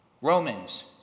Romans